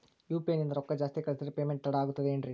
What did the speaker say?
UPI ನಿಂದ ರೊಕ್ಕ ಜಾಸ್ತಿ ಕಳಿಸಿದರೆ ಪೇಮೆಂಟ್ ತಡ ಆಗುತ್ತದೆ ಎನ್ರಿ?